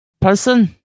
person